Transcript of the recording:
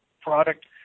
product